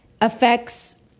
affects